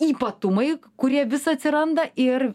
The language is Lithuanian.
ypatumai kurie vis atsiranda ir